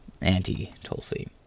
anti-Tulsi